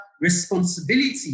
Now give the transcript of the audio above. responsibility